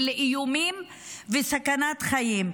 איומים וסכנת חיים.